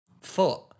foot